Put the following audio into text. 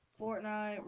Fortnite